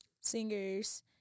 singers